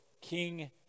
King